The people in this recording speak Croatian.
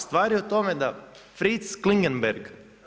Stvar je u tome da Fritz Klingenberg.